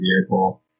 vehicle